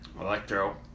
Electro